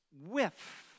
whiff